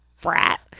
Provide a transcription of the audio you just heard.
brat